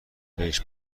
بهش